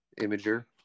imager